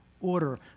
order